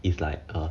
it's like uh